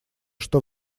что